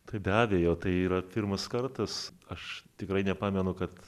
tai be abejo tai yra pirmas kartas aš tikrai nepamenu kad